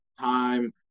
time